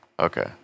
Okay